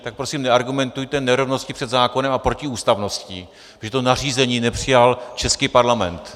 Tak prosím neargumentujte nerovností před zákonem a protiústavností, protože to nařízení nepřijal český parlament.